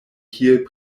kiel